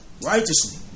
Righteously